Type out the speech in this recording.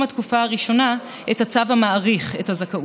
התקופה הראשונה את הצו המאריך את הזכאות.